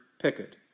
picket